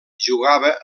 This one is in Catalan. jugava